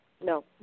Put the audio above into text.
No